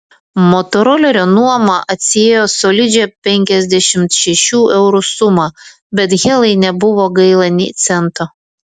motorolerio nuoma atsiėjo solidžią penkiasdešimt šešių eurų sumą bet helai nebuvo gaila nė cento